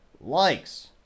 likes